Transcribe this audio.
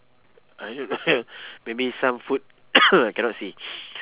ah here got have maybe some food I cannot see